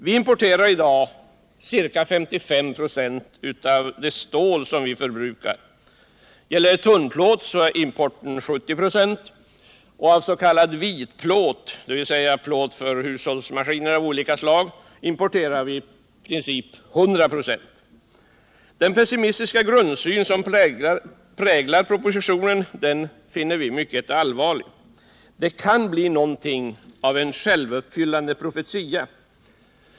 Vi importerar i dag ca 55 ?6 av det stål som vi förbrukar. När det gäller tunnplåt är importen 70 96, och av s.k. vitplåt, dvs. för hushållsmaskiner av olika slag, importerar vi i princip 100 96. Den pessimistiska grundsyn som präglar propositionen finner vi mycket allvarlig. Det kan bli någonting av en självuppfyllande profetia.